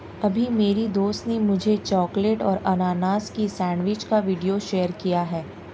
अभी मेरी दोस्त ने मुझे चॉकलेट और अनानास की सेंडविच का वीडियो शेयर किया है